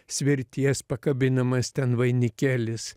svirties pakabinamas ten vainikėlis